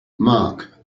marc